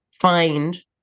find